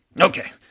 Okay